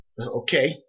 Okay